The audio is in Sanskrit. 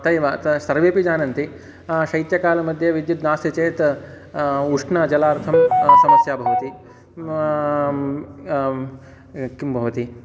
तेव त सर्वेऽपि जानन्ति शैत्यकालमध्ये विद्युत् नास्ति चेत् उष्णजलार्थं समस्या भवति किं भवति